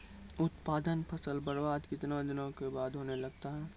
उत्पादन फसल बबार्द कितने दिनों के बाद होने लगता हैं?